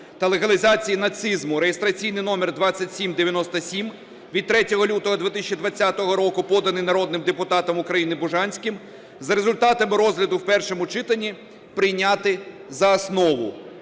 та легалізації нацизму (реєстраційний номер 2797) (від 3 лютого 2020 року), поданий народним депутатом України Бужанським, за результатами розгляду в першому читанні прийняти за основу.